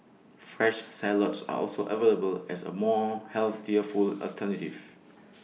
fresh salads are also available as A more alternative